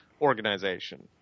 organization